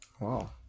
wow